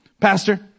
Pastor